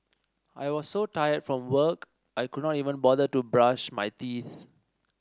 I was so tired from work I could not even bother to brush my teeth